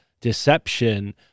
deception